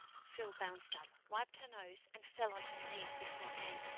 phil bounced up, wiped her nose, and fell on her knees before anne.